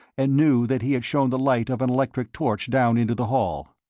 and knew that he had shone the light of an electric torch down into the hall.